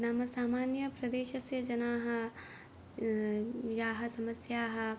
नाम सामान्यप्रदेशस्य जनाः याः समस्याः